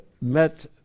met